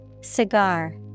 Cigar